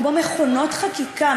כמו מכונות חקיקה,